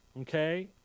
Okay